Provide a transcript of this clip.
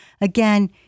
again